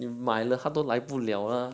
你买了他都来不了 lah